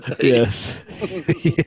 Yes